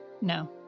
No